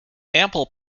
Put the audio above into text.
ample